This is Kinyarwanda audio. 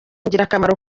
ingirakamaro